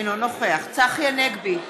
אינו נוכח צחי הנגבי,